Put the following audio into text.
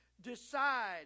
decide